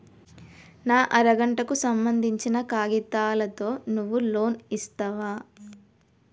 నా అర గంటకు సంబందించిన కాగితాలతో నువ్వు లోన్ ఇస్తవా?